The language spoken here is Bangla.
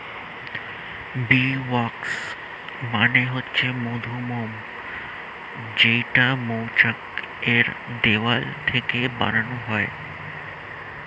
বী ওয়াক্স মানে হচ্ছে মধুমোম যেইটা মৌচাক এর দেওয়াল থেকে বানানো হয়